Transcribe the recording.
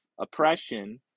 oppression